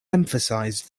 emphasized